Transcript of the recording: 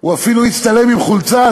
הוא אפילו הצטלם עם חולצה,